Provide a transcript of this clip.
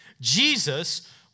Jesus